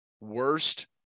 worst